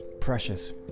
precious